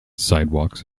sidewalks